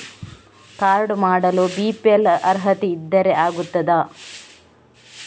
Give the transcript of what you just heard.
Card ಮಾಡಲು BPL ಅರ್ಹತೆ ಇದ್ದರೆ ಆಗುತ್ತದ?